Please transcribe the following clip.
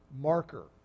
marker